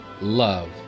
love